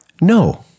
no